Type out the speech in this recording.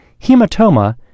hematoma